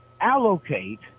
allocate